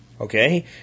Okay